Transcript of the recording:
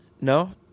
No